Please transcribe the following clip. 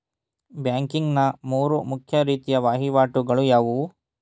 Banking ನ ಮೂರು ಮುಖ್ಯ ರೀತಿಯ ವಹಿವಾಟುಗಳು ಯಾವುವು?